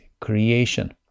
creation